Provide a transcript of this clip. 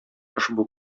ошбу